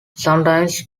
sometimes